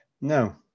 No